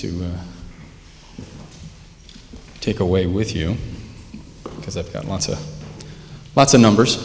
to take away with you because i've got lots and lots of numbers